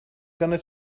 gonna